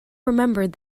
remembered